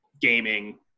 gaming